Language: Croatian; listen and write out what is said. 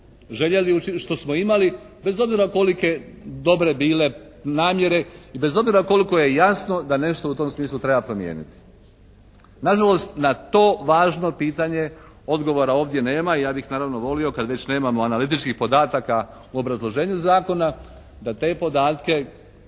željeli, što smo imali bez obzira kolike dobre bile namjere i bez obzira koliko je jasno da nešto u tom smislu treba promijeniti. Na žalost, na to važno pitanje odgovora ovdje nema i ja bih naravno volio kad već nemamo analitičkih podataka u obrazloženju zakona da te podatke,